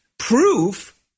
Proof